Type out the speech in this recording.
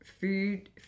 food